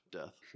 death